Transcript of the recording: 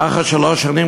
לאחר שלוש שנים,